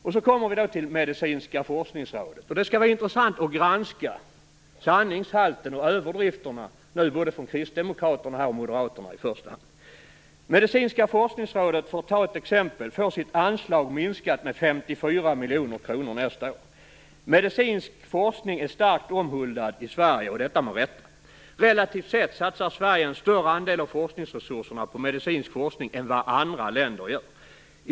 När det gäller det medicinska forskningsrådet skall det bli intressant att granska sanningshalten och överdrifterna i det som kristdemokraterna och moderaterna har sagt. Medicinska forskningsrådet får sitt anslag minskat med 54 miljoner kronor nästa år. Medicinsk forskning är starkt omhuldad i Sverige, och detta med rätta. Relativt sett satsar Sverige en större andel av forskningsresurserna på medicinsk forskning än vad andra länder gör.